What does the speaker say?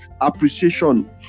appreciation